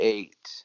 Eight